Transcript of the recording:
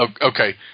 Okay